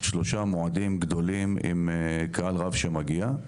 שלושה מועדים גדולים עם קהל רב שמגיע,